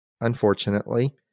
unfortunately